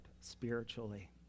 spiritually